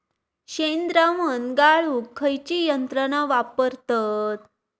शेणद्रावण गाळूक खयची यंत्रणा वापरतत?